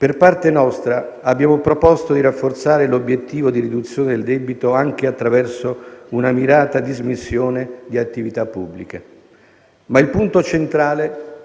Per parte nostra, abbiamo proposto di rafforzare l'obiettivo di riduzione del debito anche attraverso una mirata dismissione di attività pubbliche, ma il punto centrale